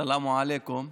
סלאם עליכום.